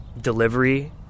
delivery